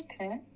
Okay